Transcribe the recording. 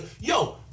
Yo